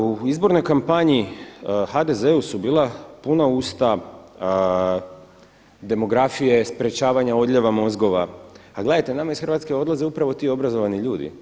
U izbornoj kampanji HDZ-u su bila puna usta demografije, sprečavanja odlijeva mozgova, a gledajte nama iz Hrvatske upravo odlaze ti obrazovani ljudi.